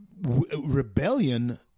rebellion